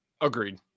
Agreed